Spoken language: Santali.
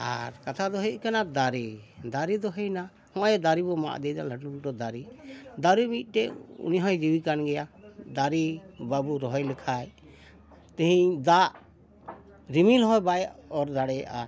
ᱟᱨ ᱠᱟᱛᱷᱟ ᱫᱚ ᱦᱩᱭᱩᱜ ᱠᱟᱱᱟ ᱫᱟᱨᱮ ᱫᱟᱨᱮ ᱫᱚ ᱦᱩᱭᱱᱟ ᱱᱚᱜᱼᱚᱭ ᱫᱟᱨᱮ ᱵᱚᱱ ᱢᱟᱜ ᱤᱫᱤᱭᱮᱫᱟ ᱞᱟᱹᱴᱩ ᱞᱟᱹᱴᱩ ᱫᱟᱨᱮ ᱫᱟᱨᱮ ᱢᱤᱫᱴᱮᱱ ᱩᱱᱤᱦᱚᱸᱭ ᱡᱤᱣᱤ ᱠᱟᱱ ᱜᱮᱭᱟ ᱫᱟᱨᱮ ᱵᱟᱵᱚᱱ ᱨᱚᱦᱚᱭ ᱞᱮᱠᱷᱟᱱ ᱛᱮᱦᱮᱧ ᱫᱟᱜ ᱨᱤᱢᱤᱞ ᱦᱚᱸ ᱵᱟᱭ ᱚᱨ ᱫᱟᱲᱮᱭᱟᱜᱼᱟ